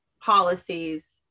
policies